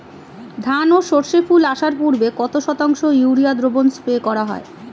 ধান ও সর্ষে ফুল আসার পূর্বে কত শতাংশ ইউরিয়া দ্রবণ স্প্রে করা হয়?